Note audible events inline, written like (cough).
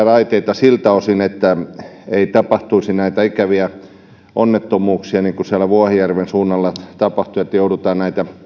(unintelligible) raiteita siltä osin ettei tapahtuisi näitä ikäviä onnettomuuksia niin kuin siellä vuohijärven suunnalla tapahtui kun joudutaan